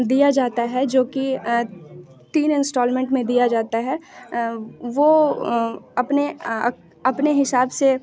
दिया जाता है जो कि तीन इंस्टॉल्मेंट में दिया जाता है वो अपने अपने हिसाब से